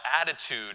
attitude